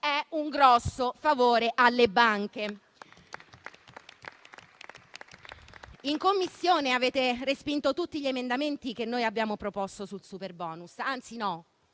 un grosso favore alle banche. In Commissione avete respinto tutti gli emendamenti che abbiamo proposto sul superbonus; anzi no,